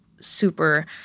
super